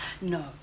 No